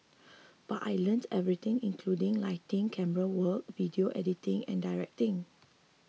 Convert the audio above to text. but I learnt everything including lighting camerawork video editing and directing